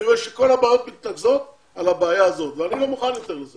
אני רואה שכל הבעיות מתנקזות על הבעיה הזאת ואני לא מוכן יותר לזה.